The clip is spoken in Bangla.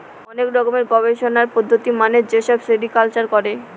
অনেক রকমের গবেষণার পদ্ধতি মেনে যেসব সেরিকালচার করে